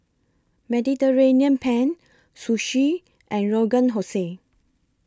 Mediterranean Penne Sushi and Rogan Jose